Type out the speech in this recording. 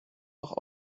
noch